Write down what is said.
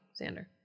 Xander